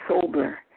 sober